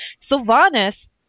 Sylvanas